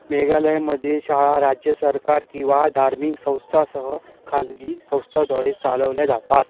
मेघालयमधील शाळा राज्य सरकार किंवा धार्मिक संस्थांसह खाजगी संस्थांद्वारे चालवल्या जातात